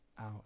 out